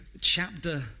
chapter